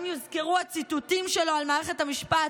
כי אם יוזכרו הציטוטים שלו על מערכת המשפט,